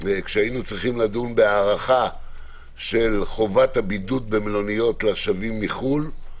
כשהיינו צריכים לדון בהארכה של חובת הבידוד במלוניות לשבים מחו"ל,